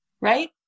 right